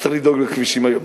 אז צריך לדאוג לכבישים היום.